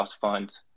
fund